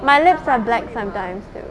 my lips are black sometimes